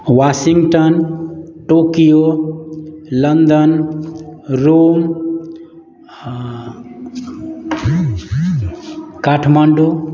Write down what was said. Washington Tokyo London Rome हऽ काठमाण्डू